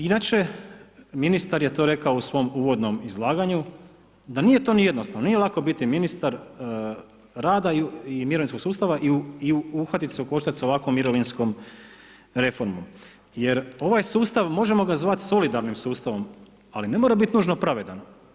Inače, ministar je to rekao u svom uvodnom izlaganju, da nije to ni jednostavno, nije lako biti ministar rada i mirovinskog sustava, i uhvatit se u koštac sa ovakvom mirovinskom reformom, jer ovaj sustav, možemo ga zvati solidarnim sustavom, ali ne mora biti nužno pravedan.